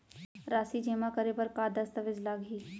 राशि जेमा करे बर का दस्तावेज लागही?